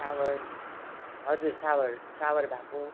सावर हजुर सावर सावर भएको